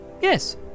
Yes